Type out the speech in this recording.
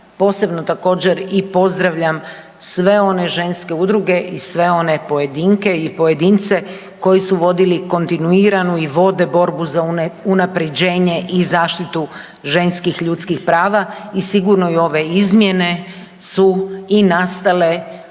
posebno također i pozdravljam sve one ženske udruge i sve one pojedinke i pojedince koji su vodili kontinuiranu i vode borbu za unapređenje i zaštitu ženskih ljudskih prava i sigurno i ove izmjene su i nastale